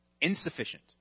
insufficient